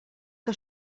que